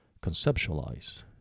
conceptualize